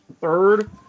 third